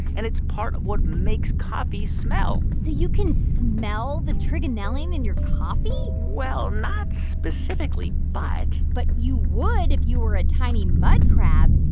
and it's part of what makes coffee smell so you can smell the trigonelline in your coffee? well, not specifically, but. but you would if you were a tiny mud crab.